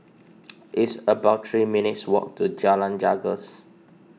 it's about three minutes' walk to Jalan Janggus